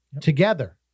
together